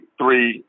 three